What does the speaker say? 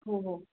हो हो